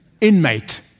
inmate